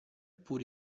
pur